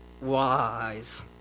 wise